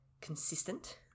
consistent